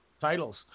titles